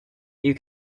you